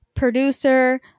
producer